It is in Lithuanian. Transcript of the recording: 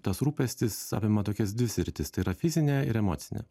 tas rūpestis apima tokias dvi sritis tai yra fizinę ir emocinę